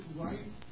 right